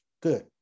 Good